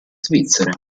svizzere